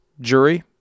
jury